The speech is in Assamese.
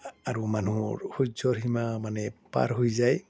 আৰু মানুহৰ সূৰ্যৰ সীমা মানে পাৰ হৈ যায়